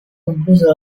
concluso